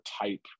type